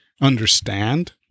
understand